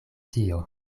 tio